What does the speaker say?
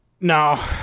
No